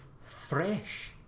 fresh